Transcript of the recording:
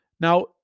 now